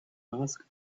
ask